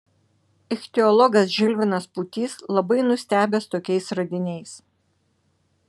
ichtiologas žilvinas pūtys labai nustebęs tokiais radiniais